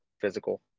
physical